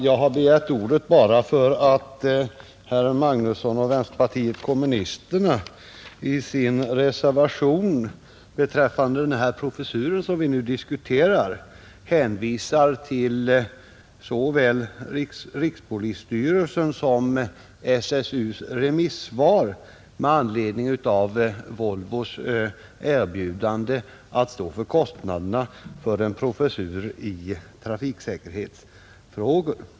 Jag har begärt ordet bara för att herr Magnusson i Kristinehamn och vänsterpartiet kommunisterna i sin reservation beträffande den professur som vi nu diskuterar hänvisar till såväl rikspolisstyrelsens som SSU:s remissvar med anledning av Volvos erbjudande att stå för kostnaderna för en professur i trafiksäkerhetsfrågor.